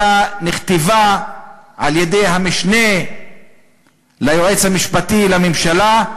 אלא היא נכתבה על-ידי המשנה ליועץ המשפטי לממשלה,